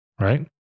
right